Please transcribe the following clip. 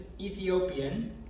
Ethiopian